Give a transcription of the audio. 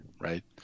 right